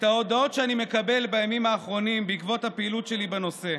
את ההודעות שאני מקבל בימים האחרונים בעקבות הפעילות שלי בנושא.